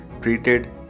treated